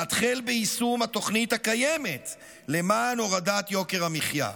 והתחל ביישום התוכנית הקיימת למען הורדת יוקר המחיה.